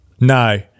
No